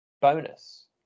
bonus